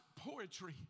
poetry